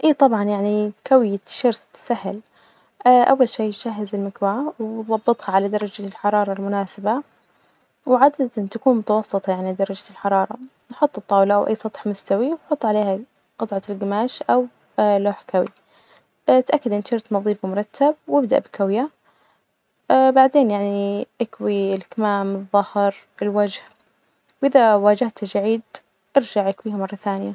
إيه طبعا يعني كوي تيشيرت سهل أول شي جهز المكواة وظبطها على درجة الحرارة المناسبة، وعجز إن تكون متوسطة يعني درجة الحرارة، نحط الطاولة وأي سطح مستوي ونحط عليها جطعة الجماش أو لوح كوي تأكد إن التيشيرت نظيف ومرتب وإبدأ بكويه بعدين يعني إكوي الكمام الظهر، الوجه، وإذا واجهت تجاعيد إرجع إكويها مرة ثانية.